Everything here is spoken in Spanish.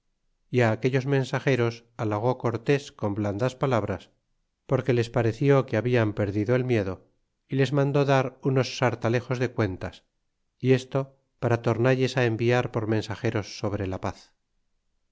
y aquellos mensageros alhagó cortés con blandas palabras porque les pareció que habian perdido el miedo y les mandó dar unos sartalejos de cuentas y esto para tornalles enviar por mensageros sobre la paz